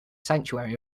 sanctuary